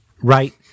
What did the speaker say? right